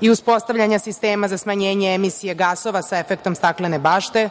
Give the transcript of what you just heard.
i uspostavljanja sistema za smanjenje emisije gasova sa efektom staklene bašte